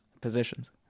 positions